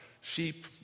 sheep